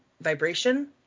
vibration